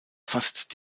fast